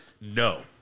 No